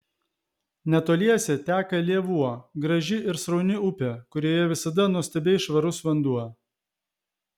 netoliese teka lėvuo graži ir srauni upė kurioje visada nuostabiai švarus vanduo